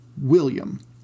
William